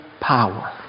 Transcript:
power